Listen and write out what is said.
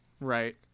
Right